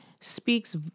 speaks